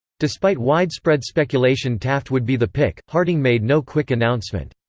despite widespread speculation taft would be the pick, harding made no quick announcement.